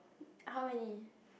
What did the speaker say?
how many